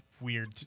weird